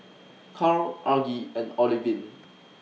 Carl Argie and Olivine